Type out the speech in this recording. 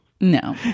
No